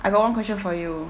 I got one question for you